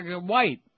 white